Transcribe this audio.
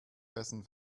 essen